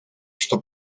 что